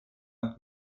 und